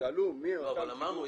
שעלו מ- -- אבל אמרנו,